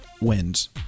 wins